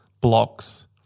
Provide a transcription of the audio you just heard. blocks